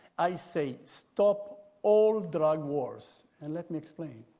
i say stop all drug wars, and let me explain.